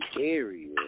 area